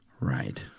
Right